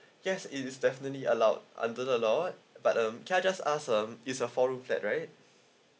yes it is definitely allowed under the lot but um can I just ask um it's a four room flat right